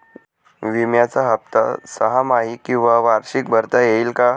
विम्याचा हफ्ता सहामाही किंवा वार्षिक भरता येईल का?